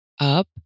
up